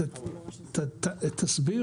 שתסביר